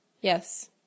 Yes